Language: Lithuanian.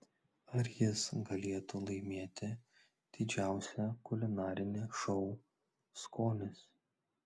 ar jis galėtų laimėti didžiausią kulinarinį šou skonis